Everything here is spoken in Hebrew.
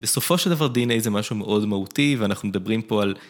בסופו של דבר DNA זה משהו מאוד מהותי ואנחנו מדברים פה על...